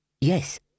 Yes